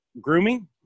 grooming